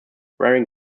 wearing